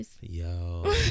Yo